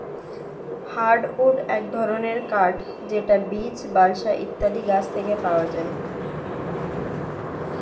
hardwood এক ধরনের কাঠ যেটা বীচ, বালসা ইত্যাদি গাছ থেকে পাওয়া যায়